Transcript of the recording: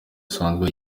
asanzwe